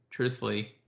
Truthfully